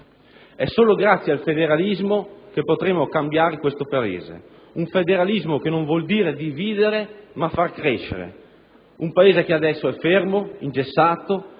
È solo grazie al federalismo che potremo cambiare questo Paese: un federalismo che non vuol dire dividere, ma far crescere un Paese che adesso è fermo, ingessato,